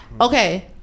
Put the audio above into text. Okay